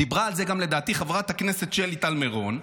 דיברה על זה, לדעתי, גם חברת הכנסת שלי טל מירון.